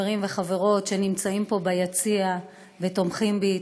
חברים וחברות שנמצאים פה ביציע ותומכים בי,